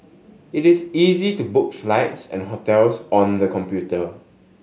it is easy to book flights and hotels on the computer